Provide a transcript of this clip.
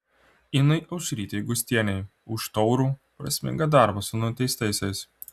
inai aušrytei gustienei už taurų prasmingą darbą su nuteistaisiais